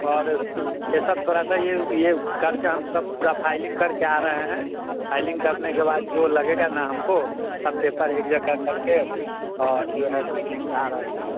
और ये सब थोड़ा सा ये ये करके हम सब थोड़ा फ़ाईलिंग करके आ रहे हैं फ़ाईलिंग करने के बाद जो लगेगा ना हमको सब पेपर एक जगह करके और जो है सो लेकर आ रहे हैं